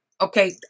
okay